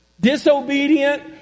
disobedient